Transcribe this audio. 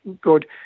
good